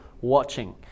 Watching